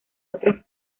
otros